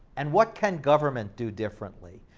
and what can government do differently?